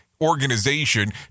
organization